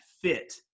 fit